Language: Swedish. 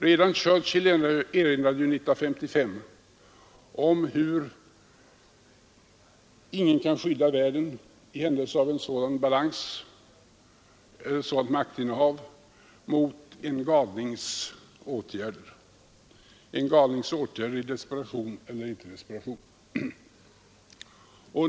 Redan Churchill erinrade 1955 om att ingen kan skydda världen mot ett sådant maktinnehav, mot en galnings åtgärder i desperation eller icke desperation.